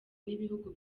n’ibihugu